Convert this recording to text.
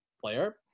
player